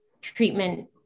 treatment